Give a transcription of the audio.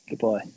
goodbye